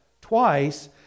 twice